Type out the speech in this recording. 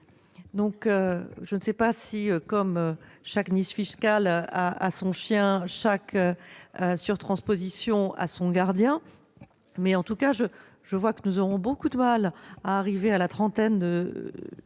! Je ne sais pas si, de même que chaque niche fiscale a son chien, chaque surtranposition a son gardien ... En tout cas, je vois que nous aurons beaucoup de mal à arriver à la trentaine de